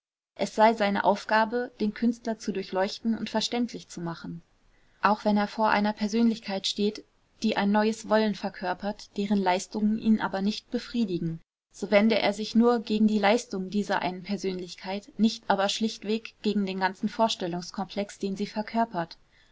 es sei seine aufgabe den künstler zu durchleuchten und verständlich zu machen auch wenn er vor einer persönlichkeit steht die ein neues wollen verkörpert deren leistungen ihn aber nicht befriedigen so wende er sich nur gegen die leistungen dieser einen persönlichkeit aber nicht schlechtweg gegen den ganzen vorstellungskomplex den sie verkörpert